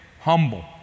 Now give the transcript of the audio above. humble